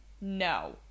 No